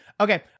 okay